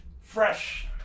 fresh